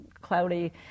cloudy